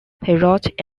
wrote